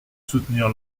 soutenir